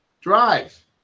drive